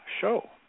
show